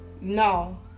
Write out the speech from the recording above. no